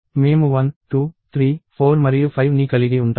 మేము 1 2 3 4 మరియు 5 ని కలిగి ఉంటాము